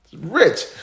rich